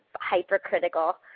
hypercritical